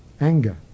Anger